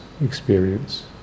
experience